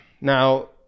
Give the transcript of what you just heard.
Now